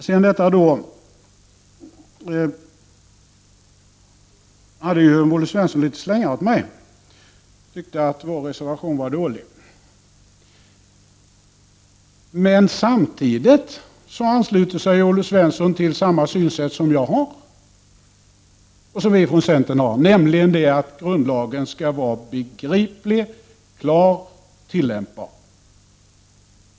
Olle Svensson gav mig litet slängar. Han tyckte att vår reservation var dålig. Men samtidigt ansluter sig Olle Svensson till samma synsätt som det som jag har, nämligen att grundlagen skall vara begriplig, klar och tillämpbar.